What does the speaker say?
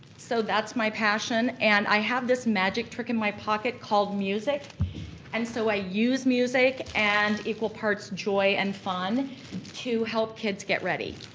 so that's my passion and i have this magic trick in my pocket called music and so i use music and equal parts joy and fun to help kids get ready.